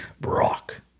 Brock